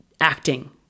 acting